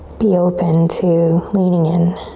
be open to leaning in.